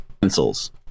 pencils